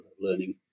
learning